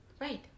Right